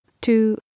two